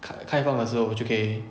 开开放的时候我就可以